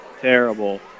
terrible